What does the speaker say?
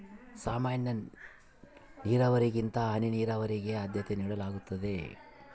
ಸಾಮಾನ್ಯ ನೇರಾವರಿಗಿಂತ ಹನಿ ನೇರಾವರಿಗೆ ಆದ್ಯತೆ ನೇಡಲಾಗ್ತದ